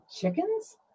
Chickens